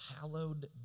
hallowed